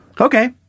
Okay